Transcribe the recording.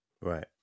Right